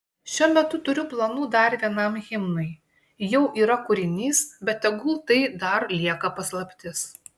šiuo metu turiu planų dar vienam himnui jau yra kūrinys bet tegul tai dar lieka paslaptis